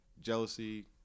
Jealousy